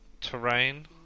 terrain